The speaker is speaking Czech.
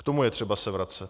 K tomu je třeba se vracet.